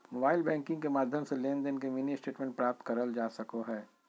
mobile banking के माध्यम से लेनदेन के मिनी स्टेटमेंट प्राप्त करल जा सको हय